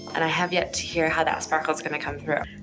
and i have yet to hear how that sparkle's going to come through.